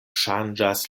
ŝanĝas